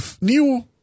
new